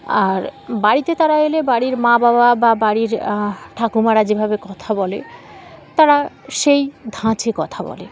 আর বাড়িতে তারা এলে বাড়ির মা বাবা বা বাড়ির ঠাকুমারা যেভাবে কথা বলে তারা সেই ধাঁচে কথা বলে